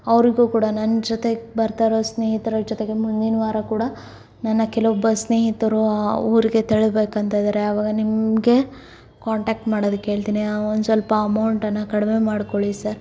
ಅವರಿಗೂ ಕೂಡ ನನ್ನ ಜೊತೆಗೆ ಬರ್ತಾಯಿರೋ ಸ್ನೇಹತರು ಅವರ ಜೊತೆಗೆ ಮುಂದಿನ ವಾರ ಕೂಡ ನನ್ನ ಕೆಲವೊಬ್ಬ ಸ್ನೇಹಿತರು ಊರಿಗೆ ತೆರಳಬೇಕು ಅಂತ ಇದ್ದಾರೆ ಅವಾಗ ನಿಮಗೆ ಕಾಂಟಾಕ್ಟ್ ಮಾಡೋದಕ್ಕೇಳ್ತೀನಿ ಒಂದ್ಸ್ವಲ್ಪ ಅಮೋಂಟನ್ನು ಕಡಿಮೆ ಮಾಡ್ಕೊಳ್ಳಿ ಸರ್